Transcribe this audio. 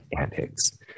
antics